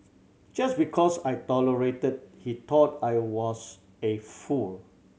just because I tolerated he thought I was a fool